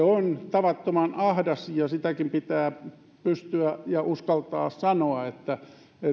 on tavattoman ahdas ja siitäkin pitää pystyä ja uskaltaa sanoa että